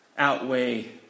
Outweigh